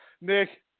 Nick